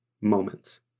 moments